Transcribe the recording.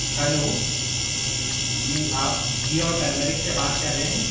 hello جی آپ گھی و اٹرمرک سے بات کر رہے ہیں